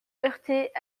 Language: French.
heurtaient